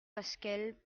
fasquelle